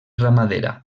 ramadera